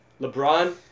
LeBron